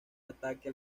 ataque